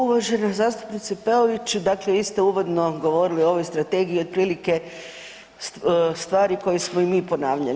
Uvažena zastupnice Peović, dakle vi ste uvodno govorili o ovoj strategiji otprilike stvari koje smo i mi ponavljali.